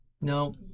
No